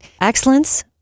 excellence